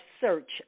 search